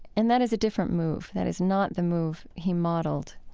and that is a different move. that is not the move he modeled.